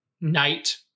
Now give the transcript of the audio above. night